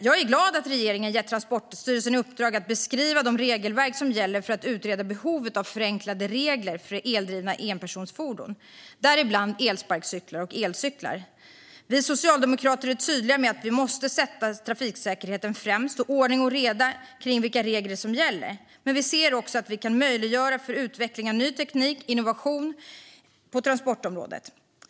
Jag är glad över att regeringen gett Transportstyrelsen i uppdrag att beskriva de regelverk som gäller och utreda behovet av förenklade regler för eldrivna enpersonsfordon, däribland elsparkcyklar och elcyklar. Vi socialdemokrater är tydliga med att man måste sätta trafiksäkerheten främst och ha ordning och reda på vilka regler som gäller. Men vi ser också att vi kan möjliggöra utveckling av ny teknik och innovation på transportområdet.